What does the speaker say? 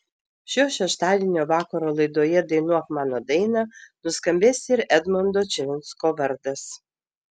šio šeštadienio vakaro laidoje dainuok mano dainą nuskambės ir edmondo čivinsko vardas